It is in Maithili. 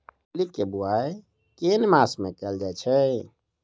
मूली केँ बोआई केँ मास मे कैल जाएँ छैय?